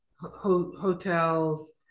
hotels